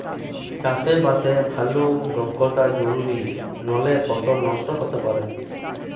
চাষে বাসে ভালো দক্ষতা জরুরি নালে ফসল নষ্ট হতে পারে